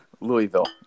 Louisville